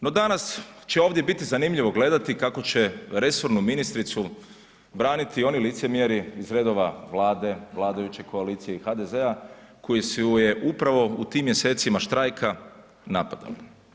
No danas će ovdje biti zanimljivo gledati kako će resornu ministricu braniti oni licemjeri iz redova Vlade, vladajuće koalicije i HDZ-a koji su je upravo u tim mjesecima štrajka napadali.